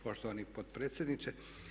Poštovani potpredsjedniče.